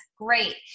great